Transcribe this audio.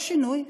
יש שינוי.